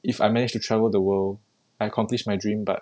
if I manage to travel the world I accomplish my dream but